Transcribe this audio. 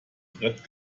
brett